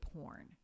porn